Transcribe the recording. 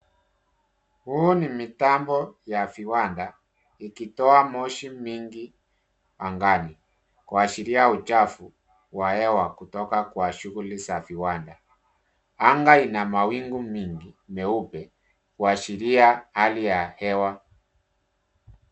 Huu ni mitambo ya viwanda ikitoa moshi mingi angani kuashiria uchafu wa hewa kutoka kwa shughuli za viwanda. Anga ina mawingu mingi meupe kuashiria hali ya hewa.